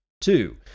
Two